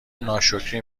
ناشکری